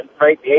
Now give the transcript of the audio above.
right